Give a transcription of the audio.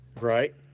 Right